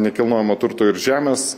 nekilnojamo turto ir žemės